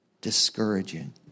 discouraging